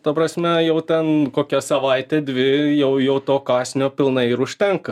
ta prasme jau ten kokia savaitė dvi jau jau to kąsnio pilnai ir užtenka